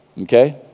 okay